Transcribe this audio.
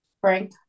Frank